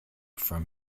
from